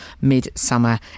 midsummer